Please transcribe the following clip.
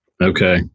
Okay